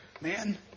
man